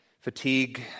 fatigue